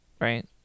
right